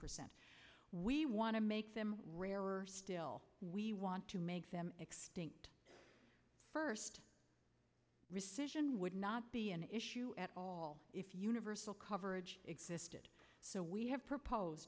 percent we want to make them rarer still we want to make them extinct first rescission would not be an issue at all if universal coverage existed so we have proposed